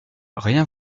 rien